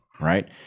right